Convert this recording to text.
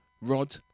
Rod